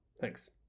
Thanks